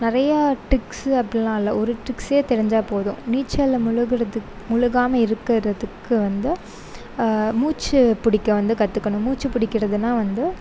நிறையா ட்ரிக்ஸ் அப்படிலான் இல்லை ஒரு ட்ரிக்ஸே தெரிஞ்சா போதும் நீச்சலில் முழுக்கிறதுக்கு முழுகாம இருக்கிறதுக்கு வந்து மூச்சு பிடிக்க வந்து கற்றுக்கணும் மூச்சு பிடிக்கிறதுன்னா வந்து